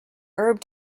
herb